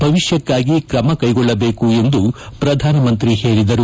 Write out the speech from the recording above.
ಭವಿಷ್ಕಕ್ಕಾಗಿ ಕ್ರಮ ಕೈಗೊಳ್ಳಬೇಕು ಎಂದು ಪ್ರಧಾನಮಂತ್ರಿ ಹೇಳಿದರು